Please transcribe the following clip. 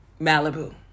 Malibu